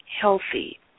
healthy